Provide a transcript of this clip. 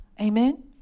Amen